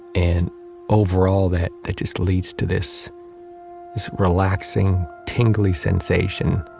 and overall, that that just leads to this relaxing, tingly sensation,